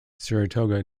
saratoga